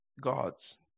God's